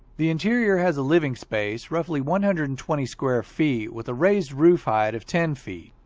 the interior has a living space roughly one hundred and twenty square feet with a raised roof height of ten feet.